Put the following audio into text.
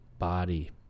Body